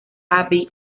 abbey